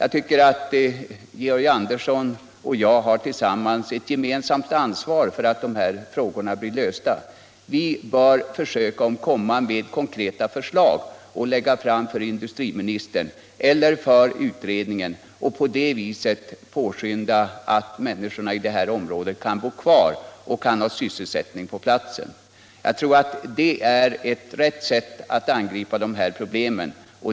Georg Andersson och jag har tillsammans ett gemensamt ansvar för att dessa problem blir lösta. Vi bör försöka lägga fram konkreta förslag för industriministern eller för utredningen och på det sättet påskynda sådana åtgärder att människorna i detta område kan bo kvar och få sysselsättning på platsen. Det är ett riktigt sätt att angripa dessa problem.